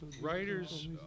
writers